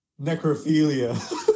necrophilia